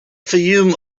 fayoum